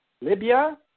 Libya